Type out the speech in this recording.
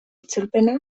itzulpena